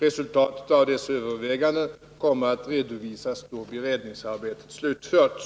Resultatet av dessa överväganden kommer att redovisas då beredningsarbetet slutförts.